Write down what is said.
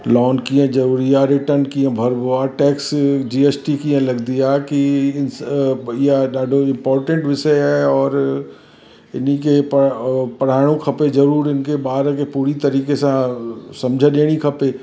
loan कीअं ज़रूरी आहे रिटन कीअं भरिबो आहे टेक्स जी एस टी कीअं लॻंदी आहे कि इहा ॾाढो इंपोर्टेंट विषय आहे और इन्हीअ खे प पढ़ाइणो खपे ज़रूरु हिनजे ॿार जे पूरी तरीक़े सां समुझ ॾियणी खपे